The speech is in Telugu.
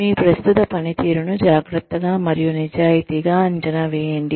మీ ప్రస్తుత పనితీరును జాగ్రత్తగా మరియు నిజాయితీగా అంచనా వేయండి